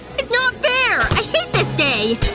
it's not fair! i hate this day!